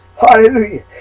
Hallelujah